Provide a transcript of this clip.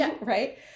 right